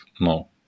No